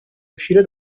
uscire